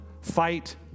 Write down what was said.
fight